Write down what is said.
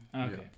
Okay